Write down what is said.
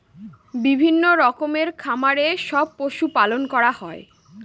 বিভিন্ন রকমের খামারে সব পশু পালন করা হয়